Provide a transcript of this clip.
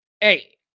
hey